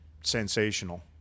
sensational